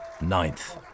Ninth